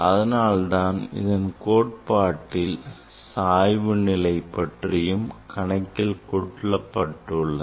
அதனால்தான் இதன் கோட்பாட்டில் சாய்வு நிலைபற்றியும் கணக்கில் கொள்ளப் பட்டுள்ளது